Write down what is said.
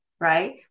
right